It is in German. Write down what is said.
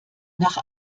nach